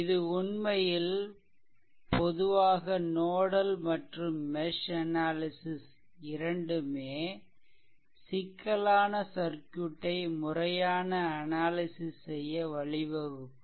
இது உண்மையில் பொதுவாக நோடல் மற்றும் மெஷ் அனாலிசிஷ் இரண்டுமே சிக்கலான சர்க்யூட்டை முறையான அனாலிசிஷ் செய்ய வழிவகுக்கும்